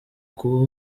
kuba